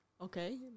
Okay